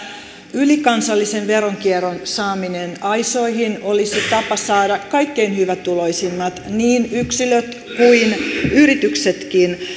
ylikansallisen veronkierron saaminen aisoihin olisi tapa saada kaikkein hyvätuloisimmat niin yksilöt kuin yrityksetkin